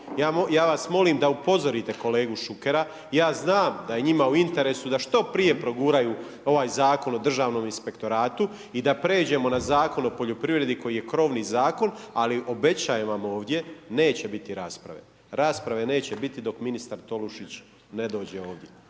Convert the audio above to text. Ja vas molim da upozorite kolegu Šukera, ja znam da je njima u interesu da što prije proguraju ovaj Zakon o državnom inspektoratu i da pređemo na Zakon o poljoprivredi koji je krovni zakon, ali obećajem vam ovdje neće biti rasprave, rasprave neće biti dok ministar Tolušić ne dođe ovdje.